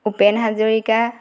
Upen Hazarika